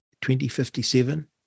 2057